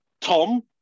Tom